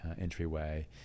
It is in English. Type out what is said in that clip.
entryway